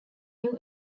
new